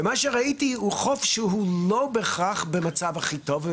ומה שראיתי שזה חוף שהוא לא בהכרח במצב הכי טוב.